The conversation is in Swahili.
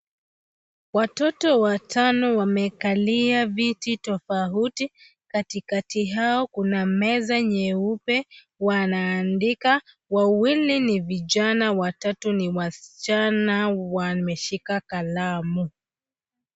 Watoto watano wamekalia viti tofauti. Katikati yao kuna meza nyeupe. Wanaandika. Wawili ni vijana, watatu ni wasichana. Wameshika kalamu.